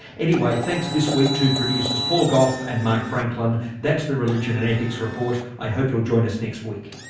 anyway, thanks this week to producers paul gough and mark franklin. that's the religion and ethics report. i hope you'll join us next week